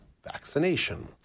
Vaccination